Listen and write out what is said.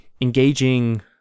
engaging